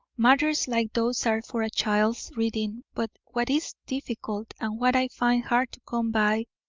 matters like those are for a child's reading, but what is difficult, and what i find hard to come by,